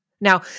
Now